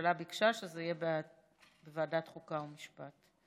הממשלה ביקשה שזה יהיה בוועדת חוקה, חוק ומשפט.